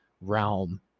realm